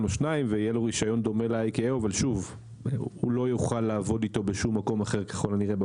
או שניים ויהיה לו רישיון דומה ל-ICAO בשום מקום אחר ככל הנראה,